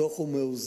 הדוח הוא מאוזן,